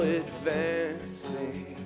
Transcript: advancing